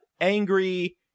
angry